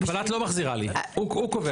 אבל את לא מחזירה לי, הוא קובע אם מחזירים לי.